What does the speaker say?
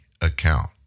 account